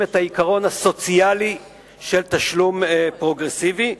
את העיקרון הסוציאלי של תשלום פרוגרסיבי.